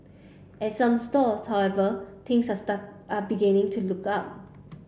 at some stores however things are are beginning to look up